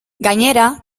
gainera